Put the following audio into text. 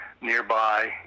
nearby